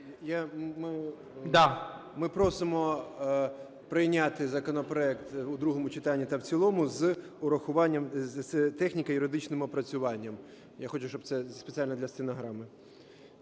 Ми просимо прийняти законопроект у другому читанні та в цілому з урахуванням... з техніко-юридичним опрацювання. Я хочу, щоб це спеціально для стенограми.